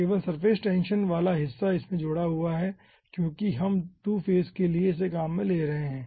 केवल surface tension वाल हिस्सा इसमें जोड़ा हुआ है क्योंकि हम 2 फेज के लिए इसे काम में ले रहे हैं